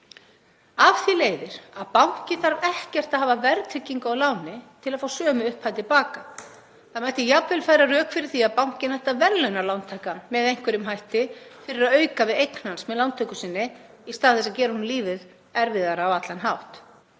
Af því leiðir að banki þarf ekkert að hafa verðtryggingu á láni til að fá sömu upphæð til baka. Það mætti jafnvel færa rök fyrir því að bankinn ætti að verðlauna lántaka með einhverjum hætti fyrir að auka við eign hans með lántöku sinni í stað þess að gera honum lífið erfiðara á allan hátt.